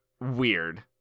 weird